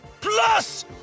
Plus